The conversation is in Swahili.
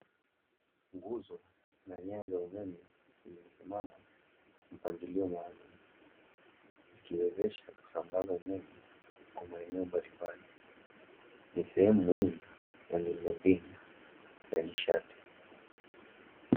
Nguzo na nyaya za umeme zilizosimama kwa mpangilio maalumu, ikiwezesha kusambaza umeme kwa maeneo mbalimbali ni sehemu muhimu ya miundombinu ya nishati.